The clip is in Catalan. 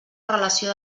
relació